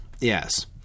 yes